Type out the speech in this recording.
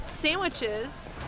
sandwiches